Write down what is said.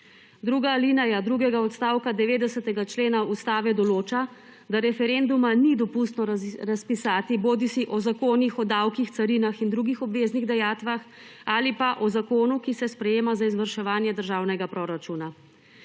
Druga alineja drugega odstavka 90. člena Ustave določa, da referenduma ni dopustno razpisati bodisi o zakonih o davkih, carinah in drugih obveznih dajatvah ali pa o zakonu, ki se sprejema za izvrševanje državnega proračuna.